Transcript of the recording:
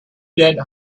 dead